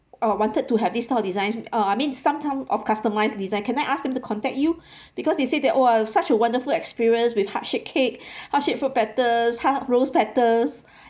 uh wanted to have this type of design uh I mean sometime of customized design can I ask them to contact you because they say that !wah! such a wonderful experience with heart shape cake heart shape fruit platters hea~ rose petals